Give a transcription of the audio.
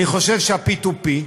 אני חושב שה-P2P,